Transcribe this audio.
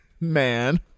man